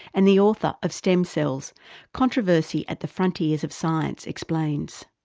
and the author of stem cells controversy at the frontiers of science explains.